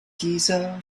giza